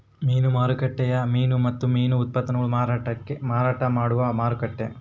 ಮೀನು ಮಾರುಕಟ್ಟೆಯು ಮೀನು ಮತ್ತು ಮೀನು ಉತ್ಪನ್ನಗುಳ್ನ ಮಾರಾಟ ಮಾಡುವ ಮಾರುಕಟ್ಟೆ